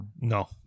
No